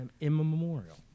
immemorial